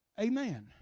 Amen